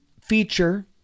feature